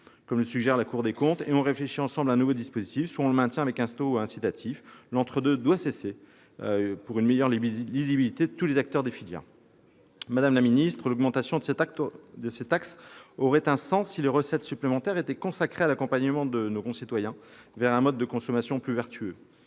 comme le suggère la Cour des comptes, et on réfléchit ensemble à un nouveau dispositif, soit on le maintient avec un taux incitatif. L'entre-deux doit cesser, pour une meilleure lisibilité de tous les acteurs des filières. Madame la ministre, l'augmentation de ces taxes aurait un sens si les recettes supplémentaires étaient consacrées à l'accompagnement de nos concitoyens vers un mode de consommation plus vertueux.